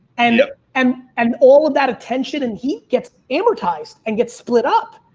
and and and all of that attention and heat gets amortized and gets split up.